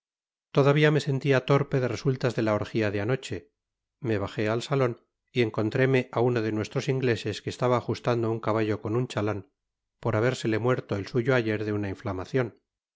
todavía me sentía torpe de resaltas de la orjía de anoche me bajé al salon y encontréme á uno de nuestros ingleses que estaba ajustando un caballo con un chalan por habérsele muerto el suyo ayer de una inflamacion